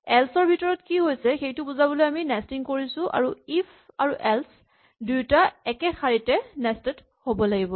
else ৰ ভিতৰত কি হৈছে সেইটো বুজাবলৈ আমি নেস্টিং কৰিছো আৰু ইফ আৰু এল্চ দুইটা একেটা শাৰীতে নেস্টেড হ'ব লাগিব